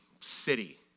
city